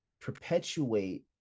perpetuate